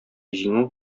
җиңү